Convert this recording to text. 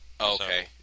Okay